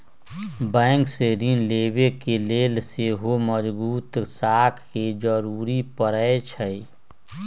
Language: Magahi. बैंक से ऋण लेबे के लेल सेहो मजगुत साख के जरूरी परै छइ